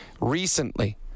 recently